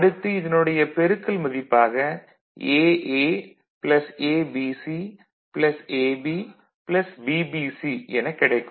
அடுத்து இதனுடைய பெருக்கல் மதிப்பாக AA ABC AB BBC எனக் கிடைக்கும்